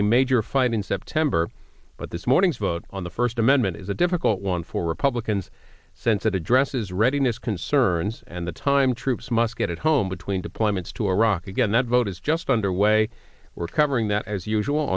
a major fight in september but this morning's vote on the first amendment is a difficult one for republicans since it addresses readiness concerns and the time troops must get at home between deployments to iraq again that vote is just under way we're covering that as usual